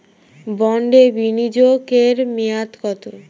বন্ডে বিনিয়োগ এর মেয়াদ কত?